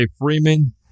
Freeman